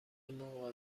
موقع